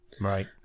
Right